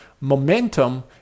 momentum